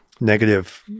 negative